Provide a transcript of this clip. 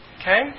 Okay